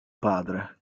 padre